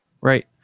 Right